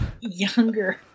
younger